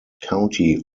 county